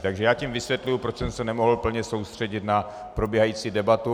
Takže já tím vysvětluji, proč jsem se nemohl plně soustředit na probíhající debatu.